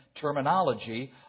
terminology